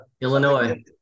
Illinois